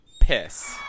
piss